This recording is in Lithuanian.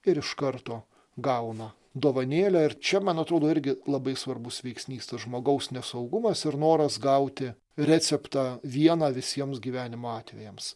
ir iš karto gauna dovanėlę ir čia man atrodo irgi labai svarbus veiksnys tas žmogaus nesaugumas ir noras gauti receptą vieną visiems gyvenimo atvejams